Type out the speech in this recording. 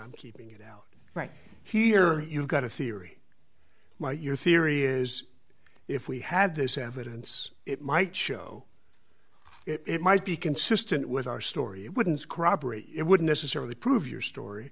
i'm keeping it out right here you've got a theory my your theory is if we had this evidence it might show it might be consistent with our story it wouldn't corroborate it wouldn't necessarily prove your story